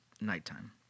nighttime